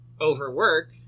overwork